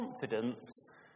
confidence